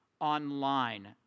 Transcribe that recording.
online